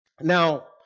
Now